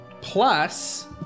Plus